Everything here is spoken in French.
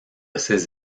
ces